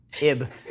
Ib